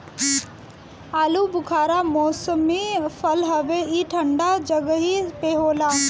आलूबुखारा मौसमी फल हवे ई ठंडा जगही पे होला